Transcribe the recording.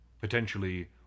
potentially